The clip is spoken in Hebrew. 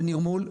זה נרמול.